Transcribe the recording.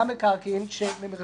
גם של בית המשפט, שרק